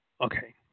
Okay